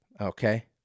Okay